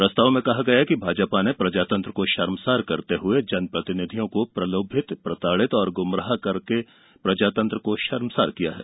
प्रस्ताव में कहा गया कि भाजपा ने प्रजातंत्र को शर्मसार करते हुए जनप्रतिनिधियों को प्रलोभित प्रताड़ित और गुमराह करके प्रजातंत्र को शर्मसार किया है